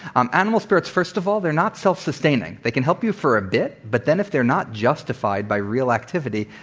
um animal spirits first of all, they're not self-sustaining. they can help you for a bit, but then, if they're not justified by real activity,